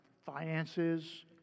finances